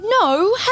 No